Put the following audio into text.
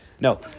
No